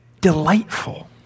delightful